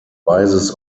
rises